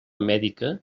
mèdica